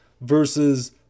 versus